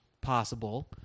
possible